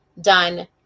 done